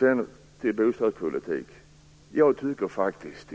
I det läge som råder i dag tycker jag faktiskt